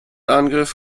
angriff